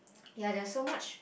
ya there is so much